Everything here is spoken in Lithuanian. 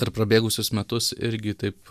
per prabėgusius metus irgi taip